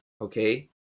okay